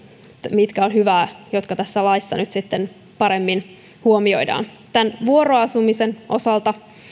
mitkä ovat hyviä ja mitkä tässä laissa nyt sitten paremmin huomioidaan tämän vuoroasumisen osalta